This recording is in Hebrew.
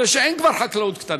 מפני שאין כבר חקלאות קטנה.